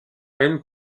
haine